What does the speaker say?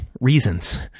reasons